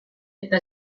eta